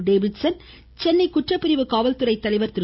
Davidson Chennai குற்றப்பிரிவு காவல்துறை தலைவர் திரு